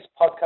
podcast